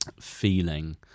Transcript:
feeling